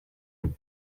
duzu